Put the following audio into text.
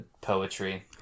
poetry